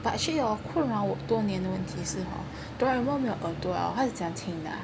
but actually hor 困扰我多年的问题是 hor Doraemon 没有耳朵了他是怎样听的 ah